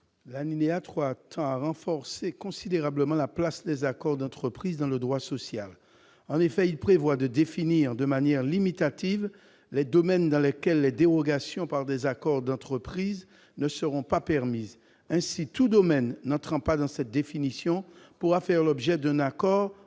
3 tend à renforcer considérablement la place des accords d'entreprise dans le droit social. En effet, il vise à définir de manière limitative les domaines dans lesquels les dérogations par des accords d'entreprise ne seront pas permises. Ainsi, tout domaine n'entrant pas dans cette définition pourra faire l'objet d'un accord